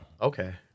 Okay